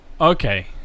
okay